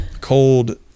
Cold